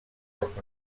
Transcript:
rock